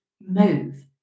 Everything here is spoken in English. move